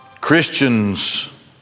Christians